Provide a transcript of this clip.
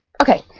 okay